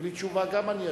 בלי תשובה גם אני אצביע.